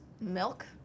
milk